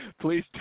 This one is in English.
please